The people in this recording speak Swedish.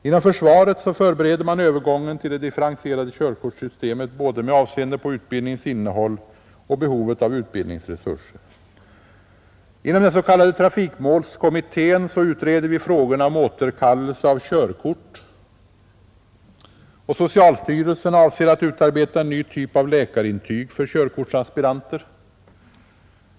Inom försvaret förbereder man övergången till det differentierade körkortssystemet med avseende både på utbildningens innehåll och på behovet av utbildningsresurser. Inom den s.k. trafikmålskommittén utreder vi frågorna om återkallelse av körkort, och socialstyrelsen avser att utarbeta en ny typ av läkarintyg för körkortsaspiranter.